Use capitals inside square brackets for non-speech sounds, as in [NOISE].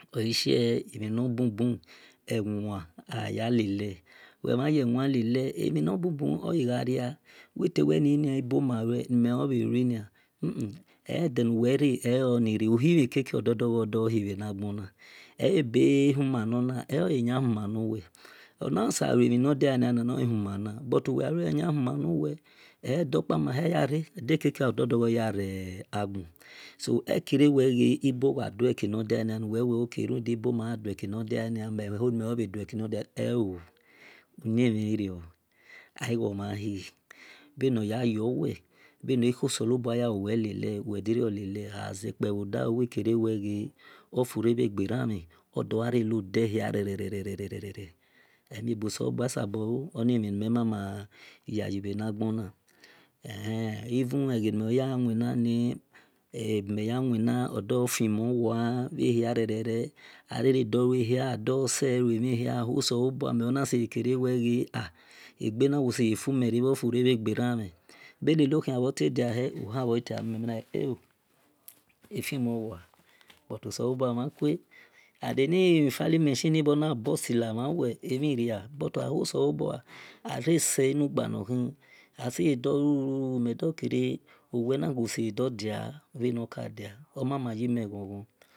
Ishie emhi ne bubu ewa ayalele mel mhan ye wan lele emhi na bubu egharia intawel ghainia ibumu lure nimebho bhe luinia edenuwel re e yoni re odo gho odogho ore ebe huma nor na e oyan huma nuwel ona osyasa lure mhi huma nuwel ona osya sa lure mhi no diana nia ohuma na we gja lue eyahima nuwel eldokpa mahia yure edo gho edo gjo agjon aghon hia ya rw agbon ewel gje iboma dueki no diana ni meh bhe dueki no diana ho. eoo uyimhi irrio agho mhan hi bje noya yowel bhe ne khor selobua ya wu wel lele wel dirolel agha ye khian bho doa wil kerw wel ghe ofure bhe gberamhen ogha re lode hiarere [UNINTELLIGIBLE] [UNINTELLIGIBLE] omama yi me ghon ghon